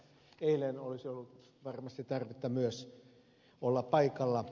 eilen olisi ollut varmasti tarvetta myös olla paikalla